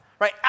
right